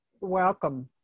welcome